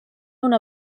una